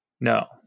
No